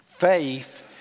Faith